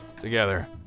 together